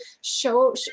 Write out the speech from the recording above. show